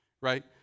right